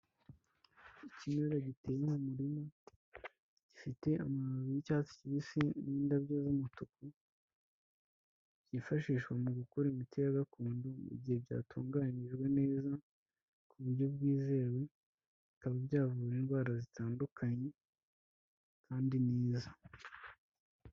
Ikimera giteye mu murima, gifite amababi y'icyatsi kibisi n'indabyo z'umutuku, byifashishwa mu gukora imiti ya gakondo mu gihe byatunganijwe neza, ku buryo bwizewe, bikaba byavura indwara zitandukanye kandi neza.